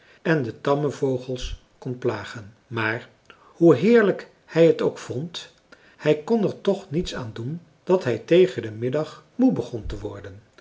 en de tamme vogels kon plagen maar hoe heerlijk hij t ook vond hij kon er toch niets aan doen dat hij tegen den middag moe begon te worden